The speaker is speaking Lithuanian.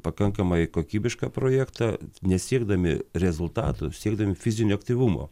pakankamai kokybišką projektą nesiekdami rezultatų siekdami fizinio aktyvumo